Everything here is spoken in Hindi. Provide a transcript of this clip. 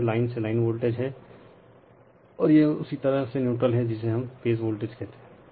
तो यह लाइन से लाइन वोल्टेज है और यह उसी तरह से न्यूट्रल हैजिसे हम फेज वोल्टेज कहते हैं